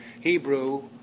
Hebrew